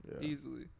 easily